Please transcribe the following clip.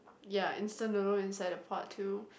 ya instant noodle inside the pot too